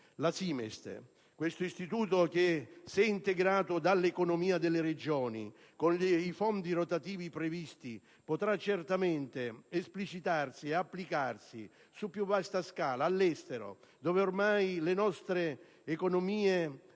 affetto. La SIMEST, se integrata dall'economia delle Regioni con i fondi rotativi previsti, potrà certamente esplicarsi e applicarsi su più vasta scala e all'estero dove ormai le nostre economie